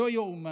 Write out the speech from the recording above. לא יאומן.